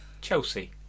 Chelsea